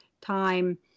time